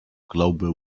global